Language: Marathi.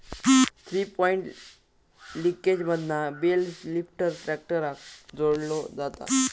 थ्री पॉइंट लिंकेजमधना बेल लिफ्टर ट्रॅक्टराक जोडलो जाता